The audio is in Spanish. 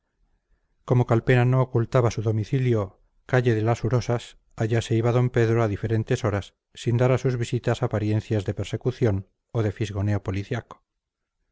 como calpena no ocultaba su domicilio calle de las urosas allá se iba d pedro a diferentes horas sin dar a sus visitas apariencias de persecución o de fisgoneo policiaco